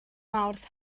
mawrth